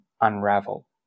unravel